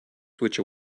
switch